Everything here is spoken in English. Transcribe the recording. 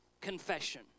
confession